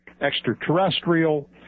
extraterrestrial